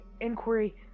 inquiry